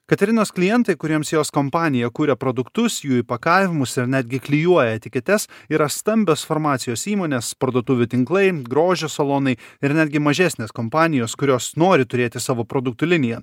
katerinos klientai kuriems jos kompanija kuria produktus jų įpakavimus ir netgi klijuoja etiketes yra stambios farmacijos įmonės parduotuvių tinklai grožio salonai ir netgi mažesnės kompanijos kurios nori turėti savo produktų liniją